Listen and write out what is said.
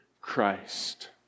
Christ